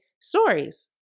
stories